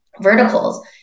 verticals